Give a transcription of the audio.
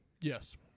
Yes